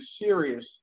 serious